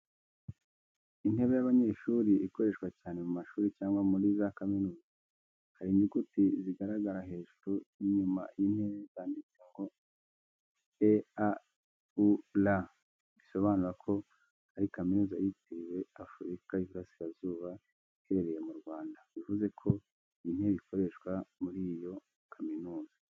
Intebe y’abanyeshuri ikoreshwa cyane mu mashuri cyangwa muri za kaminuza. Hari inyuguti zigaragara hejuru y’inyuma y’intebe zanditse ngo E.A.U.R, bisobanura ko ari kaminuza yitiriwe Afurika y'Iburasirazuba iherereye mu Rwanda bivuze ko iyi ntebe ikoreshwa muri iyo kaminuza.